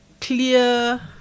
clear